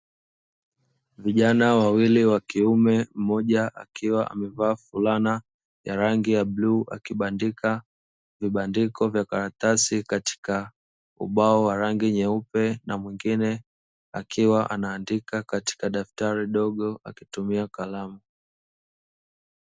Vijana wawili wa kiume, mmoja akiwa amevaa fulana ya rangi ya bluu, akibandika vibandiko vya karatasi katika ubao wa rangi nyeupe na mwingine akiwa anaandika katika daftari dogo akitumia kalamu.